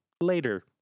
later